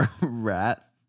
Rat